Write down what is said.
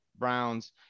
Browns